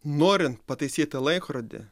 norint pataisyti laikrodį